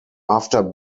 after